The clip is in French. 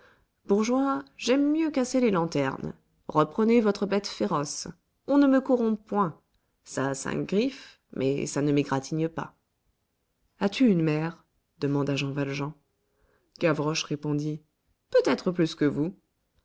bourgeois j'aime mieux casser les lanternes reprenez votre bête féroce on ne me corrompt point ça a cinq griffes mais ça ne m'égratigne pas as-tu une mère demanda jean valjean gavroche répondit peut-être plus que vous